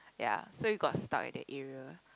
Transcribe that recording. ya so we got stuck at the area